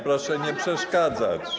Proszę nie przeszkadzać.